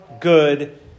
good